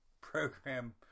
program